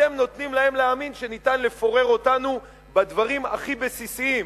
אתם נותנים להם להאמין שניתן לפורר אותנו בדברים הכי בסיסיים,